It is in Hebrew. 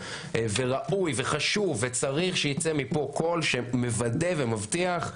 וראוי וחשוב וצריך שייצא מפה קול שמוודא ומבטיח.